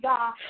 God